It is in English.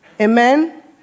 Amen